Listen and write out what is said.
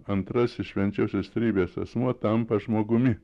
antrasis švenčiausios trejybės asmuo tampa žmogumi